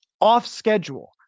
Off-schedule